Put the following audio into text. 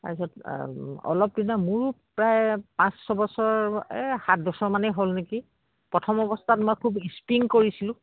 তাৰপিছত অলপ দিন মোৰো প্ৰায় পাঁচ ছবছৰ এই সাত বছৰ মানেই হ'ল নেকি প্ৰথম অৱস্থাত মই খুব স্প্ৰিং কৰিছিলোঁ